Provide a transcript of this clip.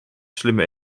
slimme